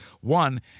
One